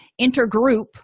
intergroup